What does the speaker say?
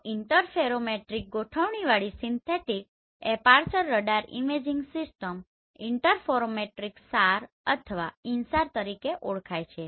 તો ઇન્ટરફેરોમેટ્રિક ગોઠવણીવાળી synthetic aperture radar imaging system interferometric SAR અથવા INSAR તરીકે ઓળખાય છે